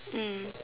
mm